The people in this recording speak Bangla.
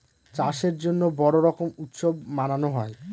চাষের জন্য বড়ো রকম উৎসব মানানো হয়